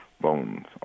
bones